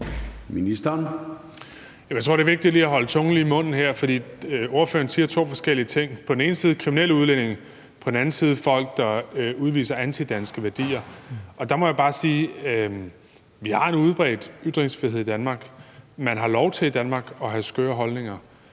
Jeg tror, det er vigtigt lige at holde tungen lige i munden her, for ordføreren siger to forskellige ting. På den ene side tales der om kriminelle udlændinge; på den anden side om folk, der udviser antidanske værdier. Og der må jeg bare sige: Vi har en udbredt ytringsfrihed i Danmark. Man har lov til i Danmark at have skøre holdninger.